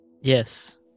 Yes